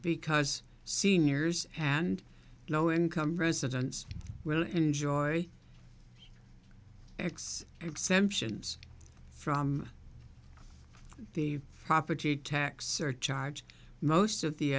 because seniors and low income residents will enjoy x exemptions from the property tax surcharge most of the